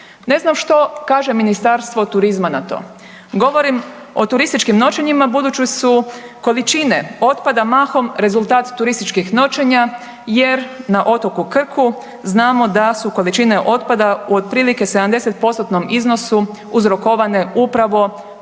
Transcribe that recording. Ne znam što kaže Ministarstvo turizma na to? Govorim o turističkim noćenjima budući su količine otpada mahom rezultat turističkih noćenja jer na otoku Krku znamo da su količine otpada u otprilike 70%-tnom iznosu uzrokovane upravo